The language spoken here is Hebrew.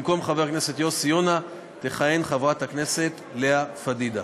במקום חבר הכנסת יוסי יונה תכהן חברת הכנסת לאה פדידה.